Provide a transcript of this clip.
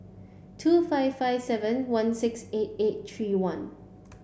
two five five seven one six eight eight three one